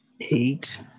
eight